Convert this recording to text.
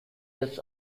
years